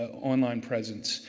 online presence.